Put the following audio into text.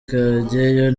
kageyo